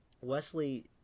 Wesley